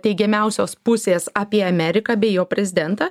teigiamiausios pusės apie ameriką bei jo prezidentą